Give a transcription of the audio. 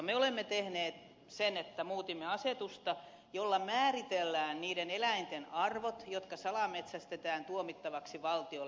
me olemme tehneet sen että muutimme asetusta jolla määritellään niiden eläinten arvot jotka salametsästetään tuomittavaksi valtiolle